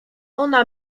ona